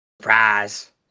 Surprise